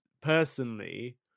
personally